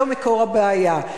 שזה מקור הבעיה.